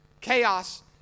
Chaos